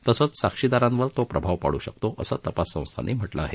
तसंच साक्षीदारांवर तो प्रभाव पाडू शकतो असं तपास संस्थानी म्हटलं आहे